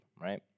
right